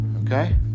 Okay